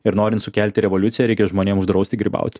ir norint sukelti revoliuciją reikia žmonėm uždrausti grybauti